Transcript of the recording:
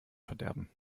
verderben